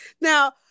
Now